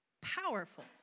Powerful